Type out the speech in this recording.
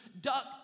duck